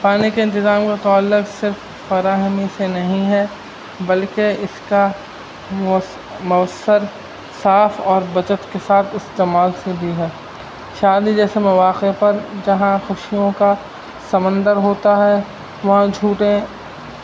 پانی کے انتظام کو تو الگ صرف فراہمی سے نہیں ہے بلکہ اس کا مؤثر صاف اور بچت کے ساتھ استعمال سے بھی ہے شادی جیسے مواقع پر جہاں خوشیوں کا سمندر ہوتا ہے وہاں جھوٹیں